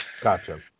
Gotcha